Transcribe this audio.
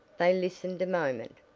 they listened a moment.